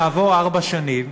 שכעבור ארבע שנים